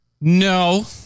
no